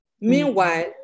Meanwhile